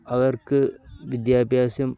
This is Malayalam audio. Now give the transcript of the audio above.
അവർക്ക് വിദ്യാഭ്യാസം